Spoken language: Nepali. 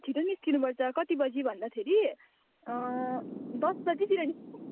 छिट्टै निस्किनु पर्छ कति बजी भन्दाखेरि दस बजीतिर निस्किऊँ